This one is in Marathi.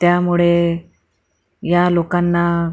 त्यामुळे या लोकांना